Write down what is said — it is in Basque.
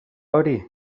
hori